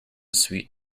sweet